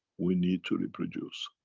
we need to reproduce